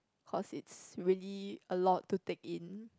cause it's really a lot to take in